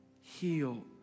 heal